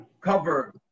cover